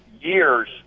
years